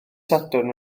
sadwrn